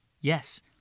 Yes